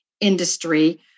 industry